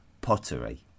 pottery